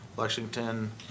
Lexington